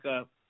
up